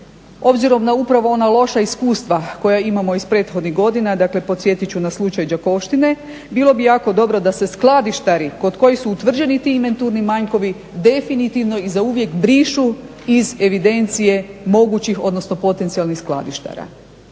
obzirom na upravo ona loša iskustva koja imamo iz prethodnih godina, dakle podsjetit ću na slučaj Đakovštine. Bilo bi jako dobro da se skladištari kod kojih su utvrđenih ti inventurni manjkovi definitivno i zauvijek brišu iz evidencije mogućih odnosno potencijalnih skladištara.